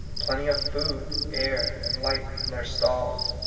plenty of food, air, and light in their stalls,